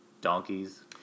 donkeys